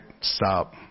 stop